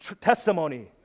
testimony